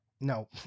No